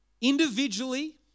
Individually